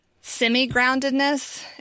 semi-groundedness